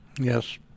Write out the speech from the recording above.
Yes